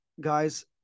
guys